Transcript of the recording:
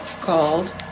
called